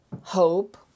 Hope